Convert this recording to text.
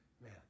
Man